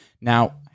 Now